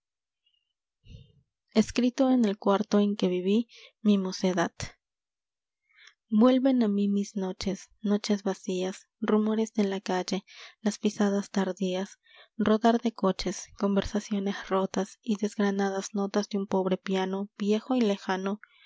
escrito en el cuarto en que viví mi mocedad uclvcn a mí mis noches noches vacías rumores de la calle las pisadas tardías rodar de coches conversaciones rotas y desgranadas notas de un pobre piano viejo y lejano